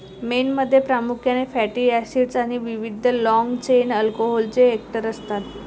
मेणमध्ये प्रामुख्याने fatty acids आणि विविध लाँग चेन अल्कोहोलचे एस्टर असतात